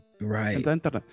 Right